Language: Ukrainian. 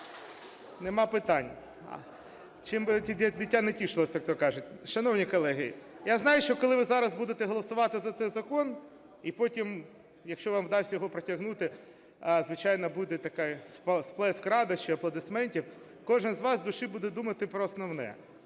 Нема питань. Чим би дитя не тішилося, як то кажуть. Шановні колеги, я знаю, що коли ви зараз будете голосувати за цей закон, і потім, якщо вам вдасться його протягнути, звичайно, буде такий сплеск радощів, аплодисментів, кожен з вас в душі буде думати про основне: